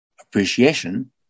appreciation